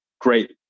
great